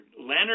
Leonard